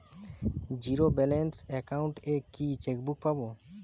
Zero balance account এ কি chequebook পাব?